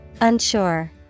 Unsure